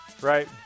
Right